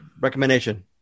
recommendation